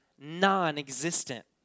non-existent